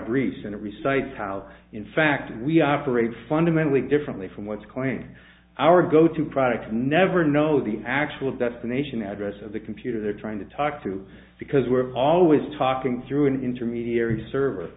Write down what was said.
briefs and recites how in fact we operate fundamentally differently from what's claimed our go to product never know the actual destination address of the computer they're trying to talk to because we're always talking through an intermediary serv